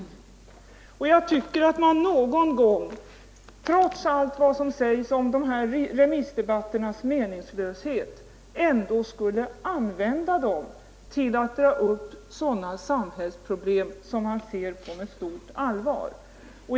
Någon gång borde man, trots att allt vad som sägs om remissdebatternas meningslöshet, ändå använda dem till att dra upp sådana samhällsproblem som man ser på med stort allvar.